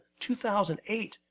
2008